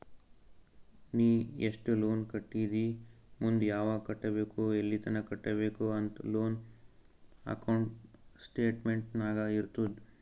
ನೀ ಎಸ್ಟ್ ಲೋನ್ ಕಟ್ಟಿದಿ ಮುಂದ್ ಯಾವಗ್ ಕಟ್ಟಬೇಕ್ ಎಲ್ಲಿತನ ಕಟ್ಟಬೇಕ ಅಂತ್ ಲೋನ್ ಅಕೌಂಟ್ ಸ್ಟೇಟ್ಮೆಂಟ್ ನಾಗ್ ಇರ್ತುದ್